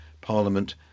Parliament